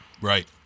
Right